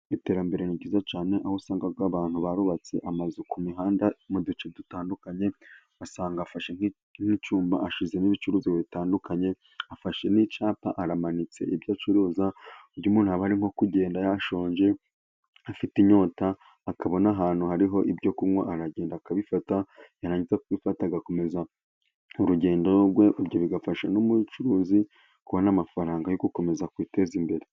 Iterambere ni ryiza cyane, aho usanga abantu barubatse amazu ku mihanda mu duce dutandukanye, ugasanga afashe nk'icyumba ashyizemo ibicuruzwa bitandukanye, afashe n'icyapa amanitse ibyo acuruza, kuburyo umuntu aba ari kugenda yashonje afite inyota, akabona ahantu hariho ibyo kunywa, aragenda akabifata yarangiza kubifata agakomeza urugendo rwe, ibyo bigafasha n'umucuruzi kubona amafaranga yo gukomeza kwiteza imbere.